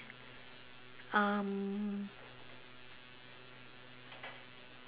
um